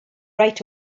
right